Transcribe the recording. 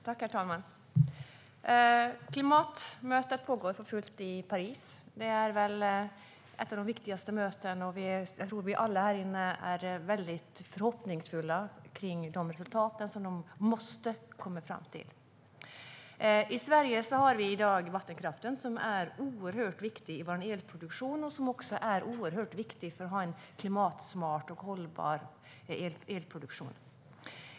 Herr talman! Klimatmötet pågår för fullt i Paris. Det är väl ett av de viktigaste mötena, och jag tror att vi alla här inne är väldigt förhoppningsfulla inför de resultat man måste komma fram till. I Sverige har vi i dag vattenkraften, som är oerhört viktig i vår elproduktion och också oerhört viktig för att ha en klimatsmart och hållbar elproduktion.